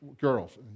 girls